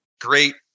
great